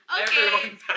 okay